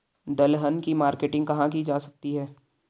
दलहन की मार्केटिंग कहाँ की जा सकती है?